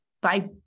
Bye